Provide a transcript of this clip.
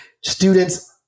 students